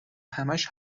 همش